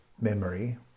memory